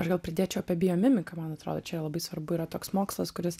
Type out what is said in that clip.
aš gal pridėčiau apie biomimiką man atrodo čia labai svarbu yra toks mokslas kuris